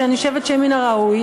ואני חושבת שזה מן הראוי.